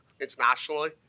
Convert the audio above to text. internationally